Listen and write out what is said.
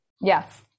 Yes